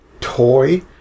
toy